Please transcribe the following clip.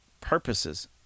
purposes